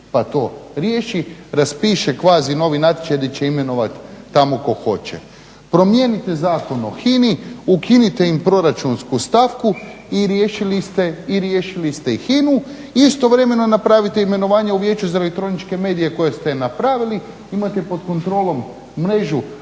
pa to riješi, raspiše kvazi novi natječaj gdje će imenovati tamo tko hoće. Promijenite Zakon o HINA-i, ukinite im proračunsku stavku i riješili ste i HINA-u. Istovremeno napravite imenovanja u Vijeću za elektroničke medije koje ste napravili, imate pod kontrolom mrežu